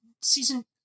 season